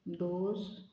दोश